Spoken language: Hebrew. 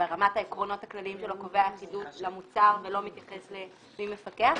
ברמת העקרונות הכלליים שלו קובע אחידות של המוצר ולא מתייחס למי מפקח,